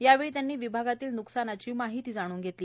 यावेळी त्यांनी विभागातील न्कसानीची माहिती घेतली